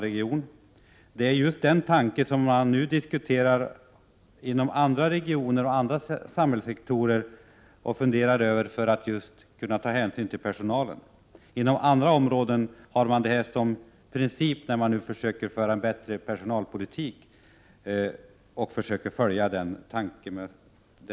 1987/88:46 kunna bo kvar i samma region. Att just kunna ta hänsyn till personalen är 16 december 1987 någotsom man i dag diskuterar inom andra regioner och andra samhällssekms I GL torer. Inom andra områden har man i dag alltså som princip att försöka följa den tanken.